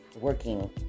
working